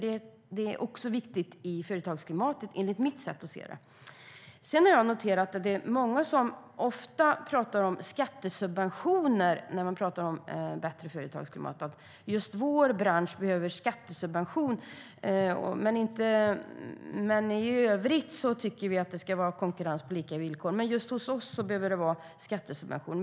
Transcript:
Det är också viktigt i företagsklimatet, enligt mitt sätt att se det. Jag har också noterat att det är många som ofta pratar om skattesubventioner när man talar om bättre företagsklimat: Just vår bransch behöver skattesubventioner. I övrigt tycker vi att det ska vara konkurrens på lika villkor, men just hos oss behöver det vara skattesubventioner.